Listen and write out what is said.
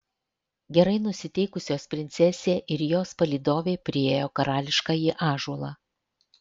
gerai nusiteikusios princesė ir jos palydovė priėjo karališkąjį ąžuolą